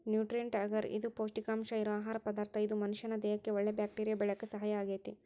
nutrient ಅಗರ್ ಇದು ಪೌಷ್ಟಿಕಾಂಶ ಇರೋ ಆಹಾರ ಪದಾರ್ಥ ಇದು ಮನಷ್ಯಾನ ದೇಹಕ್ಕಒಳ್ಳೆ ಬ್ಯಾಕ್ಟೇರಿಯಾ ಬೆಳ್ಯಾಕ ಸಹಾಯ ಆಗ್ತೇತಿ